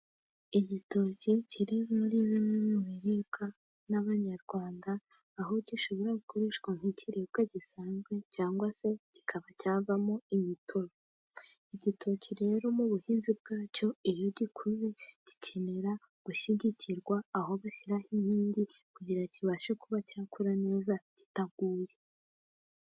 Igitoki kiri muri bimwe mu biribwa n'abanyarwanda, aho gishobora gukoreshwa nk'ikiribwa gisanzwe, cyangwa se kikaba cyavamo imitobe. Igitoki rero mu buhinzi bwacyo, iyo gikuze gikenera gushyigikirwa, aho bashyiraho inkingi, kugira ngo kibashe kuba cyakura neza kitaguye.